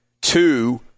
Two